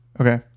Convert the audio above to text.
okay